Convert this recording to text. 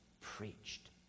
preached